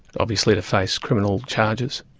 obviously to face criminal charges.